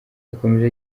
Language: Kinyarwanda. yakomeje